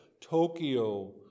Tokyo